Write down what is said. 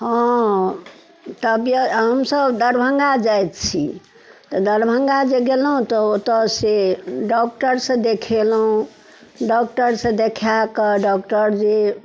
हँ तबियत हमसभ दरभङ्गा जाइत छी तऽ दरभङ्गा जे गेलहुँ तऽ ओतऽ से डॉक्टरसँ देखेलहुँ डॉक्टरसँ देखायकऽ डॉक्टर जे